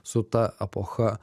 su ta epocha